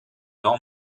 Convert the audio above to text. dans